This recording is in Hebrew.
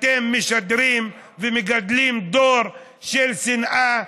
אתם משדרים ומגדלים דור של שנאה,